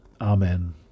Amen